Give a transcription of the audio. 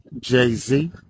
Jay-Z